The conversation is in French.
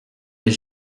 des